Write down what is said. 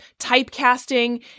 typecasting